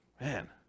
man